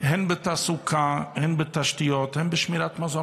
הן בתעסוקה, הן בתשתיות, הן בשמירת מזון.